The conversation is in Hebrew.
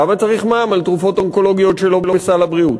למה צריך מע"מ על תרופות אונקולוגיות שלא בסל הבריאות?